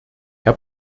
herr